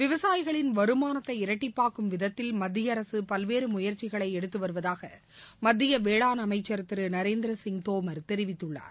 விவசாயிகளின் வருமானத்தை இரட்டிப்பாக்கும் விதத்தில் மத்திய அரசு பல்வேறு முயற்சிகளை எடுத்து வருவதாக மத்திய வேளான் அமைச்சா் திரு நரேந்திரசிய் தோமர் தெரிவித்துள்ளார்